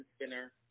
spinner